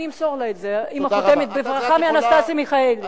אני אמסור לה את זה עם החותמת: בברכה מאנסטסיה מיכאלי.